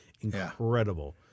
incredible